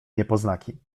niepoznaki